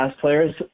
players